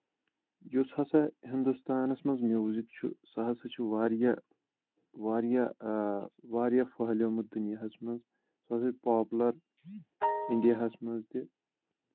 یُس ہسا ہِندوستانس منٛز میوٗزک چھُ سُہ ہسا چھُ واریاہ واریاہ واریاہ فٲلیمُت دُنیاہَس منٛز سُہ ہسا چھُ پاپُلر اِنڈیاہس منٛز تہِ